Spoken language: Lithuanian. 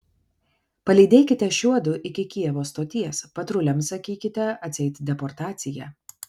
palydėkite šiuodu iki kijevo stoties patruliams sakykite atseit deportacija